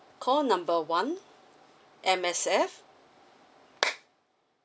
call number one M_S_F